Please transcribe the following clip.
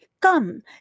come